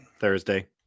Thursday